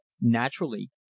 naturally